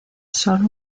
sólo